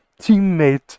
teammate